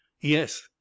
Yes